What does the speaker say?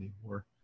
anymore